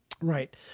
right